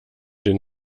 den